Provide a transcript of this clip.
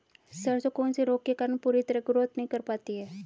सरसों कौन से रोग के कारण पूरी तरह ग्रोथ नहीं कर पाती है?